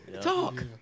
Talk